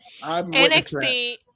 NXT